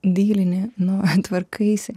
dylini nu tvarkaisi